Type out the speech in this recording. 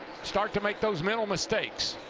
start to make those mental mistakes.